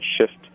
shift